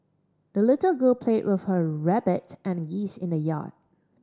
the little girl played with her rabbit and geese in the yard